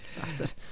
bastard